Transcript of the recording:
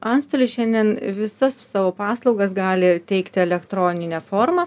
antstoliai šiandien visas savo paslaugas gali teikti elektronine forma